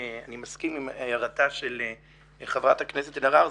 אני מסכים עם הערתה של חברת הכנסת אלהרר,